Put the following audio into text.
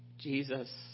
Jesus